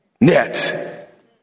net